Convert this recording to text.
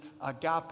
agape